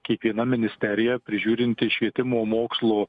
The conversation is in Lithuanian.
kiekviena ministerija prižiūrinti švietimo mokslo